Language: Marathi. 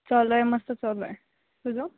चालू आहे मस्त चालू आहे तुझं